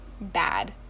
bad